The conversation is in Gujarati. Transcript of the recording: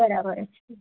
બરાબર